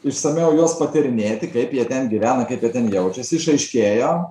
išsamiau juos patyrinėti kaip jie ten gyvena kaip jie ten jaučiasi išaiškėjo